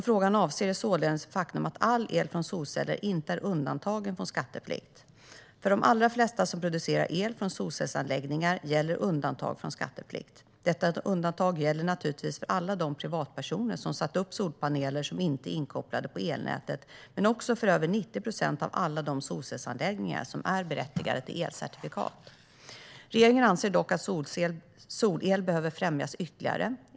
Frågan avser således det faktum att all el från solceller inte är undantagen från skatteplikt. För de allra flesta som producerar el från solcellsanläggningar gäller undantag från skatteplikt. Detta undantag gäller naturligtvis för alla privatpersoner som har satt upp solpaneler som inte är inkopplade på elnätet, men också för över 90 procent av alla solcellsanläggningar som är berättigade till elcertifikat. Regeringen anser dock att solel behöver främjas ytterligare.